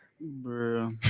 Bro